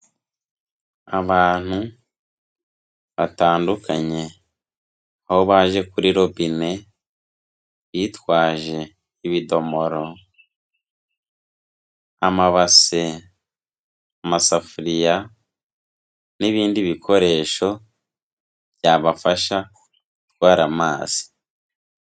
Abantu batandukanye aho baje kuri robine, bitwajemo ibidomoro, amabase, amasafuriya, n'ibindi bikoresho byabafasha gutwara amazi.